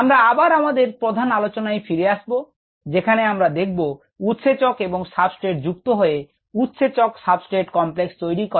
আমরা আবার আমাদের প্রধান আলোচনায় ফিরে আসবো যেখানে আমরা দেখব উৎসেচক এবং সাবস্ট্রেট যুক্ত হয়ে উৎসেচক সাবস্ট্রেট কমপ্লেক্স তৈরী করে